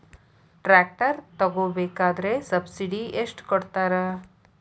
Tractor ತಗೋಬೇಕಾದ್ರೆ subsidy ಎಷ್ಟು ಕೊಡ್ತಾರ?